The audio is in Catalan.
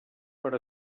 per